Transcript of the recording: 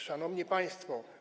Szanowni Państwo!